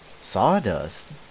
Sawdust